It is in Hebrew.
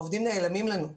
הם נעלמים לנו.